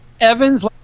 Evans